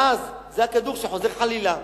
ואז, זה הכדור שחוזר חלילה.